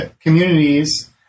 communities